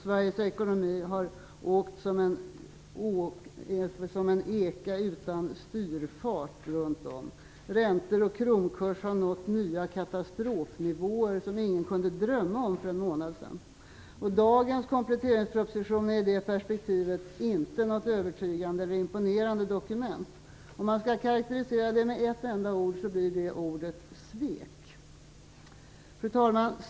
Sveriges ekonomi har åkt som en eka utan styrfart. Räntor och kronkurs har nått nya katastrofnivåer som ingen kunde drömma om för en månad sedan. Dagens kompletteringsproposition är i det perspektivet inte något övertygande eller imponerande dokument. Om man skall karakterisera det med ett enda ord, blir ordet svek. Fru talman!